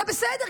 זה בסדר,